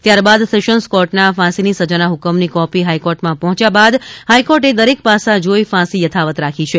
ત્યારબાદ સેશન્સ કોર્ટના ફાંસીની સજાના હ્કમની કોપી હાઇકોર્ટમાં પહોંચ્યા બાદ હાઇકોર્ટે દરેક પાસા જોઇ ફાંસી યથાવત રાખી છે